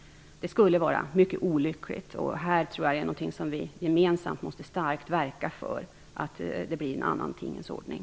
Det skulle vara mycket olyckligt. Jag tror vi gemensamt måste verka starkt för att det blir en annan tingens ordning.